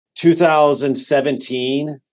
2017